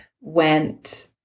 went